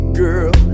girl